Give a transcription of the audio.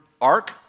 ark